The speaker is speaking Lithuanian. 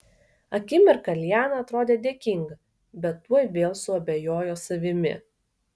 akimirką liana atrodė dėkinga bet tuoj vėl suabejojo savimi